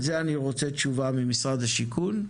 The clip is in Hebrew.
על זה אני רוצה תשובה ממשרד השיכון,